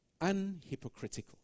Unhypocritical